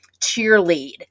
cheerlead